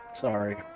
Sorry